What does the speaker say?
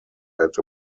had